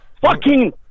Fucking-